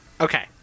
okay